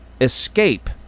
escape